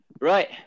Right